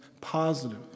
positive